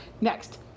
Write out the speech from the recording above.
next